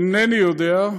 אינני יודע,